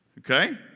Okay